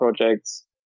projects